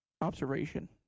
Observation